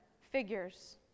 figures